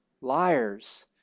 liars